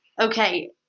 Okay